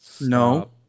no